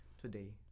today